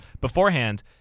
Beforehand